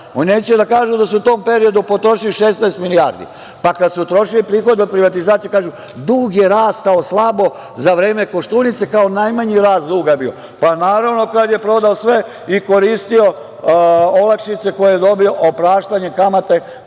Oni neće da kažu da su u tom periodu potrošili 16 milijardi, pa kad su utrošili prihode o privatizaciji kažu – dug je rastao slabo za vreme Koštunice, najmanji rast duga bio... Pa, naravno, kada je prodao sve i koristio olakšice koje je dobio, opraštanje kamate,